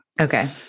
Okay